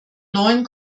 neuen